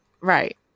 Right